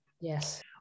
Yes